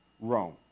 Rome